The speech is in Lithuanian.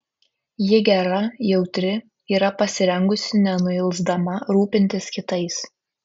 ji gera jautri yra pasirengusi nenuilsdama rūpintis kitais